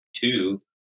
Two